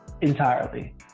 entirely